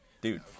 Dude